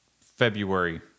february